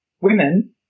women